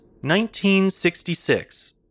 1966